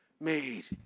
made